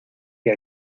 que